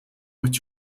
what